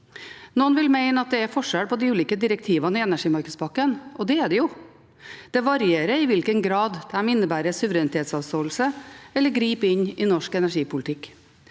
Noen vil mene at det er forskjell på de ulike direktivene i energimarkedspakken, og det er det jo. Det varierer i hvilken grad de innebærer suverenitetsavståelse eller griper inn i norsk energipolitikk.